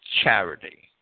charity